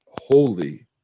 holy